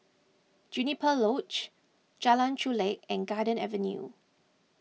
Juniper Lodge Jalan Chulek and Garden Avenue